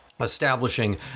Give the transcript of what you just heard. establishing